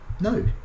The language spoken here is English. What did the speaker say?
No